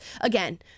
Again